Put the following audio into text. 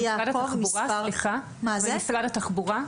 ממשרד התחבורה.